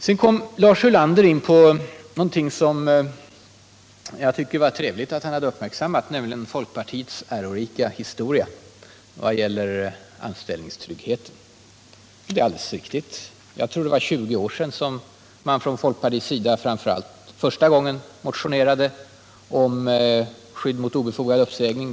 Lars Ulander kom sedan in på något — som jag tycker att det är trevligt att han har uppmärksammat — nämligen folkpartiets ärorika historia vad gäller anställningstryggheten. Folke Nihlfors från folkpartiet motionerade 1957, för 20 år sedan, första gången om lagskydd mot obefogad uppsägning.